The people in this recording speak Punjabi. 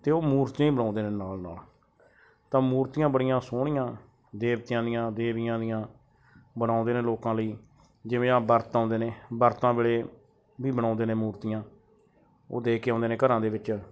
ਅਤੇ ਉਹ ਮੂਰਤੀਆਂ ਹੀ ਬਣਾਉਂਦੇ ਨੇ ਨਾਲ ਨਾਲ ਤਾਂ ਮੂਰਤੀਆਂ ਬੜੀਆਂ ਸੋਹਣੀਆਂ ਦੇਵਤਿਆਂ ਦੀਆਂ ਦੇਵੀਆਂ ਦੀਆਂ ਬਣਾਉਂਦੇ ਨੇ ਲੋਕਾਂ ਲਈ ਜਿਵੇਂ ਆਪ ਵਰਤ ਆਉਂਦੇ ਨੇ ਵਰਤਾਂ ਵੇਲੇ ਵੀ ਬਣਾਉਂਦੇ ਨੇ ਮੂਰਤੀਆਂ ਉਹ ਦੇ ਕੇ ਆਉਂਦੇ ਨੇ ਘਰਾਂ ਦੇ ਵਿੱਚ